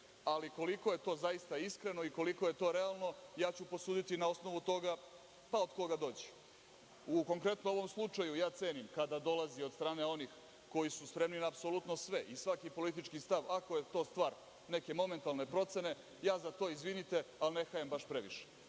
ali koliko je to zaista iskreno i koliko je to realno prosudiću na osnovu toga od koga dođe. U konkretno ovom slučaju, ja cenim kada dolazi od strane onih koji su spremni na apsolutno sve i svaki politički stav ako je to stvar neke momentalne procene, ja za to, izvinite, ali ne hajem baš previše.